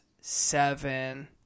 seven